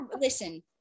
Listen